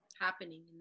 happening